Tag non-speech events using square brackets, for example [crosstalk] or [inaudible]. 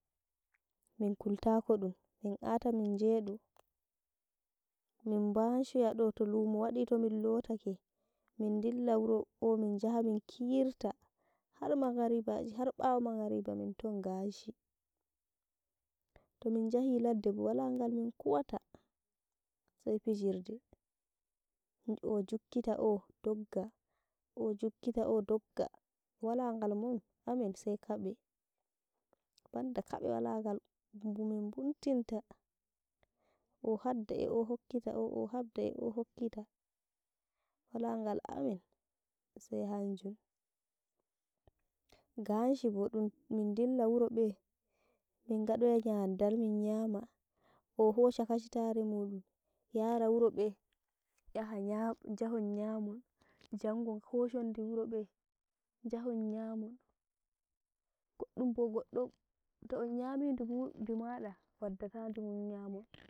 Min kultako ɗum, min aata min njedo, min banshoya ɗoto luumo waɗi tomin lookate min dilla wuro ooh, minjamin kirta har mangaribaji har bawo mangaribaji minton nganshi, tomin jahi leddebo wala ngal min kuwata sai fijirde, oh jukkita oh dogga, oh jukkita oh dogga, wala ngal mun amin sai kabe, banda kabe wala ngal min bumtinta ohabda eh ohokkita oh, ohadba eh ohokitta, wala ngal amin sai hanjum. Nganshi bo ɗum, min dillah wuro be [noise] min gadoya nyamdal min nyama ohosha kashitari mudum yara wuro ɓe, yaha nya- njahon nyamon jango koshon ndi wuro ɓe njahon nyamon goɗɗum bo godɗon to'on nyami ndimu- ɗimada [noise] waddata ɗimum nyamon.